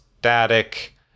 Static